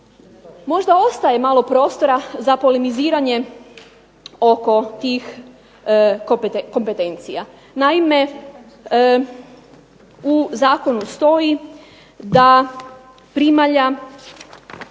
Možda ostaje malo prostora za polemiziranje oko tih kompetencija. Naime, u zakonu stoji da primalja